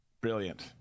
brilliant